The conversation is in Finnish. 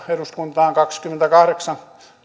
eduskuntaan kaksikymmentäkahdeksan